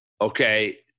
Okay